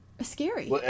scary